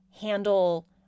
handle